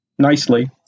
Nicely